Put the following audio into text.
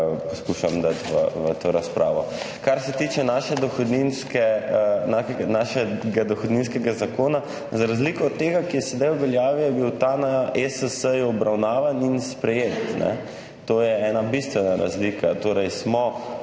poskušam dati v to razpravo. Kar se tiče našega dohodninskega zakona, za razliko od tega, ki je sedaj v veljavi, je bil ta na ESS obravnavan in sprejet; to je bistvena razlika. Torej smo